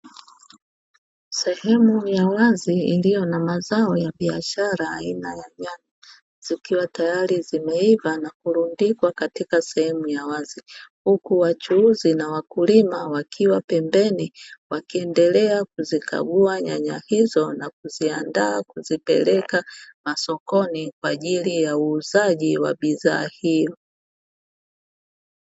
Sehemu ya wazi iliyo na mazao ya biashara aina ya nyanya zikiwa tayari zimeiva na kurundikwa katika sehemu ya wazi, huku wachuuzi na wakulima wakiwa pembeni wakiendelea kuzikagua nyanya hizo na kuziandaa kuzipeleka sokoni kwa ajili ya uuzaji wa bidhaa hiyo.